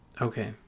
Okay